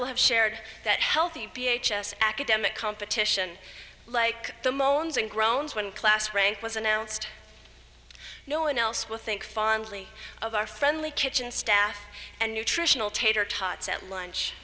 will have shared that healthy p h s academic competition like the moans and groans when class rank was announced no one else will think fondly of our friendly kitchen staff and nutritional tater tots at lunch